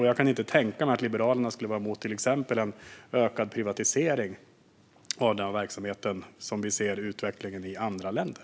Jag kan inte tänka mig att Liberalerna skulle vara mot till exempel en ökad privatisering av den verksamhet som vi ser utvecklas i andra länder.